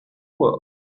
world